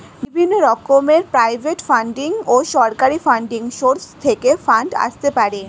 বিভিন্ন রকমের private funding ও সরকারি ফান্ডিং সোর্স থেকে ফান্ড আসতে পারে